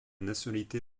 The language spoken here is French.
nationalité